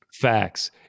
Facts